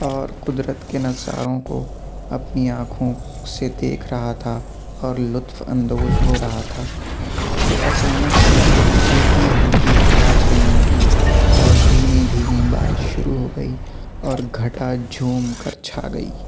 اور قدرت کے نظاروں کو اپنی آنکھوں سے دیکھ رہا تھا اور لطف اندوز ہو رہا تھا کہ اچانک سے ہلکی ہلکی ہوا چلنے لگی اور دھیمی دھیمی بارش شروع ہو گئی اور گھٹا جھوم کر چھا گئی